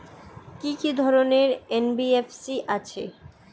কি কি ধরনের এন.বি.এফ.সি আছে?